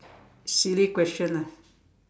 silly question lah